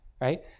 right